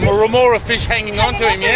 remora fish hanging onto him. yes,